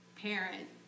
parent